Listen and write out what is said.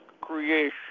creation